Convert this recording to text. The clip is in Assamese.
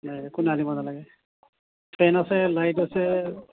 নাই একো আনিব নালাগে ফেন আছে লাইট আছে